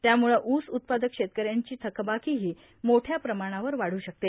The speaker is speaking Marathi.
त्यामुळं ऊस उत्पादक शेतकऱ्यांची थकबाकीही मोठ्या प्रमाणावर वादू शकते